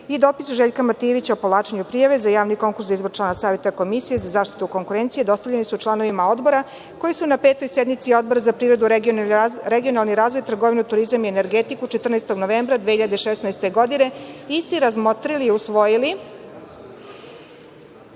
i dopis Željka Martinovića o povlačenju prijave za javni konkurs za izbor člana Saveta komisije za zaštitu konkurencije, dostavljeni su članovima Odbora koji su na Petoj sednici Odbora za privredu, regionalni razvoj, trgovinu, turizam i energetiku, 14. novembra 2016. godine, isti razmotrili i usvojili. Obzirom